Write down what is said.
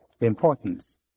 importance